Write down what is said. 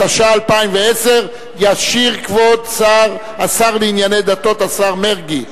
התש"ע 2010. ישיב כבוד השר לענייני דתות השר מרגי.